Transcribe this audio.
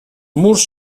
murs